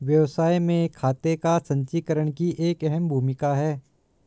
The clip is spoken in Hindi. व्यवसाय में खाते का संचीकरण की एक अहम भूमिका है